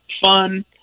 fun